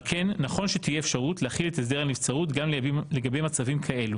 על כן נכון שתהיה אפשרות להחיל את הסדר הנבצרות גם לגבי מצבים כאלה,